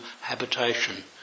habitation